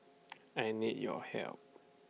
I need your help